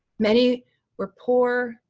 many were poor,